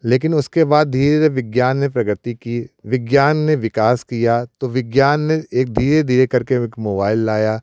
लेकिन उसके बाद धीरे विज्ञान ने प्रगति की विज्ञान ने विकास किया तो विज्ञान ने एक धीरे धीरे करके मोबाइल लाया